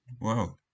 wow